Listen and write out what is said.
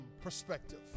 perspective